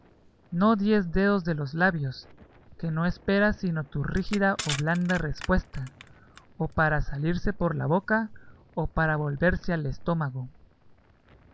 no diez dedos de los labios que no espera sino tu rígida o blanda repuesta o para salirse por la boca o para volverse al estómago